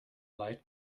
light